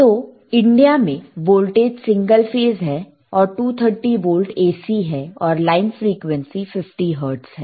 तो इंडिया में voltage single phase है और 230 वोल्ट AC है और लाइन फ्रीक्वेंसी 50 हर्ट्ज़ है